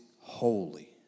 holy